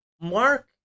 Mark